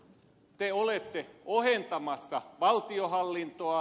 te olette ohentamassa valtionhallintoa